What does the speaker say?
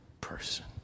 person